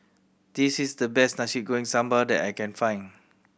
this is the best Nasi Goreng Sambal that I can find